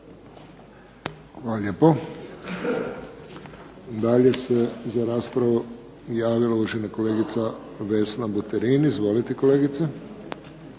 Hvala lijepo. Dalje se za raspravu javila uvažena kolegica Vesna Buterin. Izvolite, kolegice.